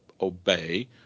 obey